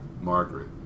Margaret